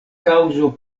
kaŭzo